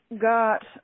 got